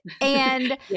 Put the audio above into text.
And-